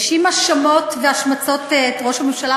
האשים בהאשמות ובהשמצות את ראש הממשלה.